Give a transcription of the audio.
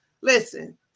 listen